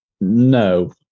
no